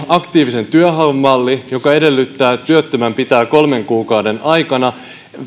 aktiivisen työnhaun mallin joka edellyttää että työttömän pitää kolmen kuukauden aikana